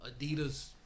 Adidas